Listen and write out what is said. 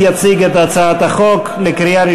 יצחק כהן,